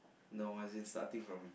no as in starting from